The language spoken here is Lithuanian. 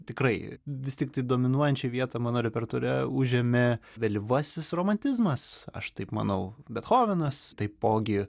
tikrai vis tiktai dominuojančią vietą mano repertuare užėmė vėlyvasis romantizmas aš taip manau bethovenas taipogi